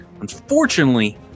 Unfortunately